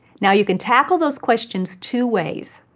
now, you can tackle those questions two ways.